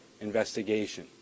investigation